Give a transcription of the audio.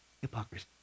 hypocrisy